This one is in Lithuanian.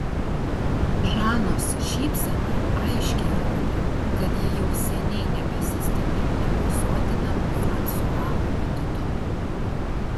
žanos šypsena aiškiai rodė kad ji jau seniai nebesistebi nepasotinamu fransua apetitu